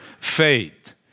faith